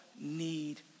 need